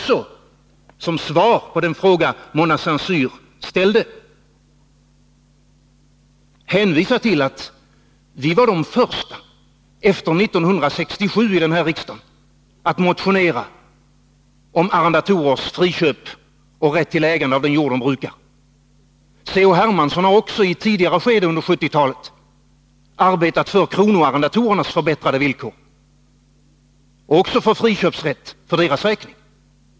Som svar på den fråga Mona Saint Cyr ställde vill jag också hänvisa till att vi var de första här i riksdagen efter 1967 att motionera om arrendatorernas friköp och rätt till ägande av den jord de brukar. C.-H. Hermansson har också i ett tidigare skede under 1970-talet arbetat för kronoarrendatorernas förbättrade villkor och för friköpsrätt också för deras räkning.